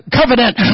covenant